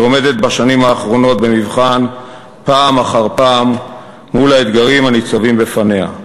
שעומדת בשנים האחרונות במבחן פעם אחר פעם מול האתגרים הניצבים בפניה.